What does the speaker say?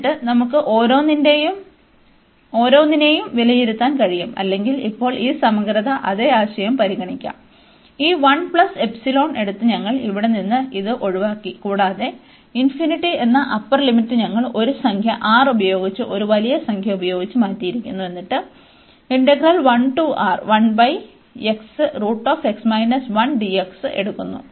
എന്നിട്ട് നമുക്ക് ഓരോന്നിനെയും വിലയിരുത്താൻ കഴിയും അല്ലെങ്കിൽ ഇപ്പോൾ ഈ സമഗ്രമായ അതേ ആശയം പരിഗണിക്കാം ഈ എടുത്ത് ഞങ്ങൾ ഇവിടെ നിന്ന് ഇത് ഒഴിവാക്കി കൂടാതെ എന്ന അപ്പർ ലിമിറ്റ് ഞങ്ങൾ ഒരു സംഖ്യ R ഉപയോഗിച്ച് ഒരു വലിയ സംഖ്യ ഉപയോഗിച്ച് മാറ്റിയിരിക്കുന്നു എന്നിട്ട് എടുക്കുന്നു